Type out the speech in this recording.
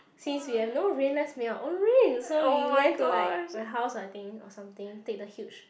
since we have no rain let's make our own rain so we went to like my house I think or something take the huge